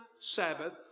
Sabbath